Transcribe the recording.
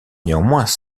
néanmoins